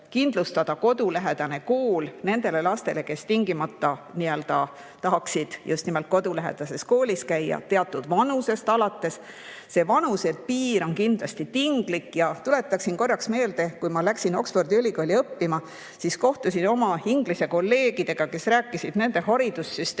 kodulähedane kool nendele lastele, kes tingimata tahaksid just nimelt kodulähedases koolis käia teatud vanusest alates. See vanusepiir on kindlasti tinglik. Tuletaksin korraks meelde, kui ma läksin Oxfordi ülikooli õppima, siis kohtusin oma Inglise kolleegidega, kes rääkisid nende haridussüsteemist